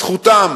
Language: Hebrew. זכותם